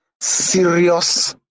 serious